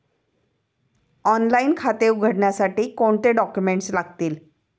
Online खाते उघडण्यासाठी कोणते डॉक्युमेंट्स लागतील?